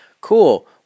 Cool